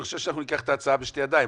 אנחנו ניקח את ההצעה בשתי ידיים.